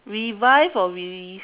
revise or relive